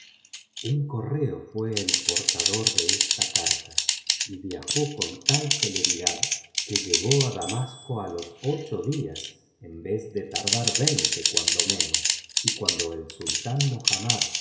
un correo fué el portador de esta carta y viajó con tal celeridad que llegó á damasco á los ocho días en vez de tardar veinte cuando menos y cuando el sultán mohammad